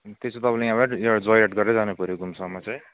त्यो चाहिँ तपाईँले यहीबाटै यहाँ जोय राइड गर्दै जानुपऱ्यो घुमसम्म चाहिँ